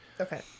Okay